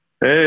Hey